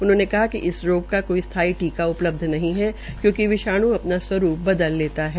उनक्वोंने कहा कि इस रोग का कोई स्थाई टीका उपलब्ध नहीं है क्योकिं विषाणू अपना स्वरूप बदल लेता है